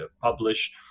publish